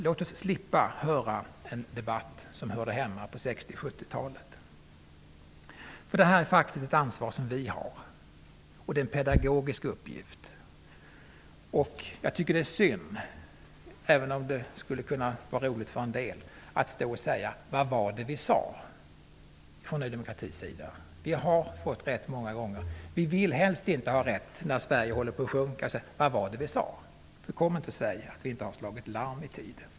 Låt oss slippa höra en debatt som hör hemma på 60 och 70-talet! Det är faktiskt ett ansvar vi har, och det är en pedagogisk uppgift. Det är synd att säga ''Vad var det vi sade'' från Ny demokratis sida, även om det skulle vara roligt för en del. Vi har fått rätt många gånger. Vi vill helst inte ha rätt. Vi vill inte säga ''Vad var det vi sade'' när Sverige håller på att sjunka. Men kom inte och säg att vi inte har slagit larm i tid!